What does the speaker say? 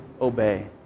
obey